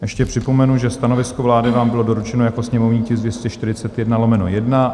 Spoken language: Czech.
Ještě připomenu, že stanovisko vlády vám bylo doručeno jako sněmovní tisk 141/1.